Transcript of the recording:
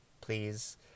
please